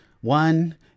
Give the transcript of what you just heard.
One